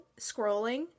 scrolling